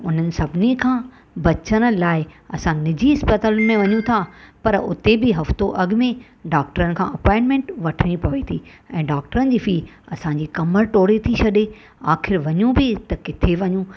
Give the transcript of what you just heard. उन्हनि सभिनी खां बचण लाइ असां निजी इस्पतालि में वञूं था पर हुते बि हफ़्तो अॻु में डॉक्टर खां अपॉइंटमेंट वठिणी पवे थी ऐं डॉक्टरनि जी फ़ी असांजी कमर तोड़े थी छॾे आख़िरि वञूं बि त किथे वञूं